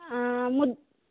ମୁଁ